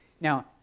Now